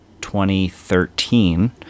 2013